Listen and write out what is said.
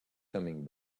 coming